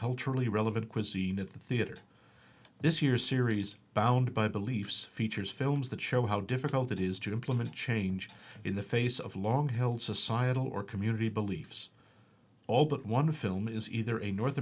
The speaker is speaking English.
culturally relevant cuisine at the theater this year's series bound by beliefs features films that show how difficult it is to implement change in the face of long held societal or community beliefs all but one film is either a north